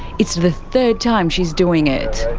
it's the third time she's doing it.